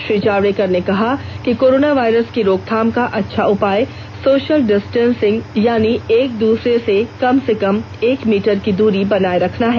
श्री जावड़ेकर ने कहा कि कोरोना वायरस की रोकथाम का अच्छा उपाय सोशल डिस्टेंसिंग यानी एक दूसरे से कम से कम एक मीटर की दूरी बनाए रखना है